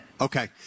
Okay